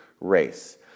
race